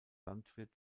landwirt